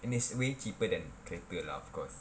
and it's way cheaper than kereta lah of course